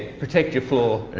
protect your floor.